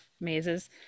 Mazes